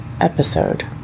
episode